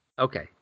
Okay